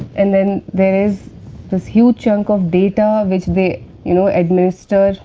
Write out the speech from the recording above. and then, there is this huge chunk of data, which they you know administer,